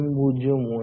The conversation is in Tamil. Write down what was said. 001 0